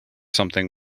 something